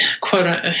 quote